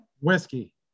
Whiskey